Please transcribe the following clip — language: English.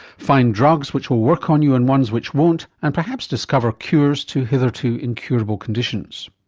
find drugs which will work on you and ones which won't, and perhaps discover cures to hitherto incurable conditions.